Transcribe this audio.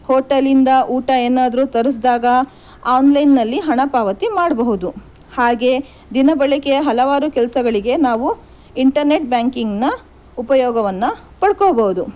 ಹೊಟೇಲಿಂದ ಊಟ ಏನಾದರೂ ತರಿಸಿದಾಗ ಆನ್ಲೈನ್ನಲ್ಲಿ ಹಣ ಪಾವತಿ ಮಾಡಬಹುದು ಹಾಗೆ ದಿನ ಬಳಕೆಯ ಹಲವಾರು ಕೆಲಸಗಳಿಗೆ ನಾವು ಇಂಟರ್ನೆಟ್ ಬ್ಯಾಂಕಿಂಗ್ನ ಉಪಯೋಗವನ್ನು ಪಡ್ಕೋಬಹುದು